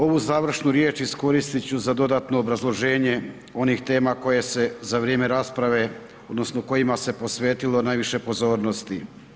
Ovu završnu riječ iskoristit ću za dodatno obrazloženje onih tema koje se za vrijeme rasprave odnosno kojima se posvetilo naviše pozornosti.